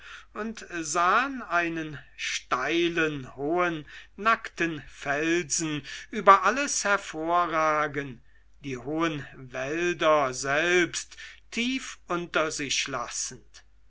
und sahen einen steilen hohen nackten felsen über alles hervorragen die hohen wälder selbst tief unter sich lassend